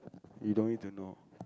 you don't need to know